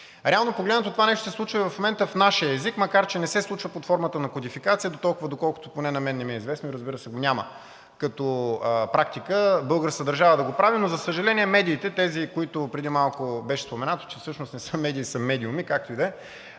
Реално погледнато, това нещо се случва в момента в нашия език, макар че не се случва под формата на кодификация дотолкова, доколкото поне на мен не ми е известно и, разбира се, няма практика българската държава да го прави. Но, за съжаление, медиите – тези, за които преди малко беше споменато, че всъщност не са медии, а са медиуми, както и да е,